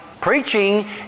Preaching